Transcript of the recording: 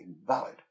invalid